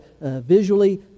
visually